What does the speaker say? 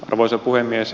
arvoisa puhemies